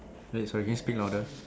eh sorry again speak louder